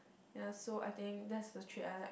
yea so I think there's the trait I like